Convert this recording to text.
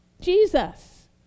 Jesus